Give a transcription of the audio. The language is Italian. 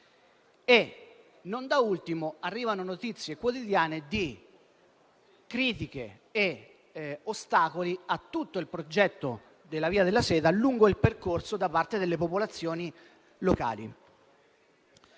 Huawei. Arrivano poi notizie quotidiane su critiche e ostacoli a tutto il progetto della via della seta, lungo il percorso, da parte delle popolazioni locali.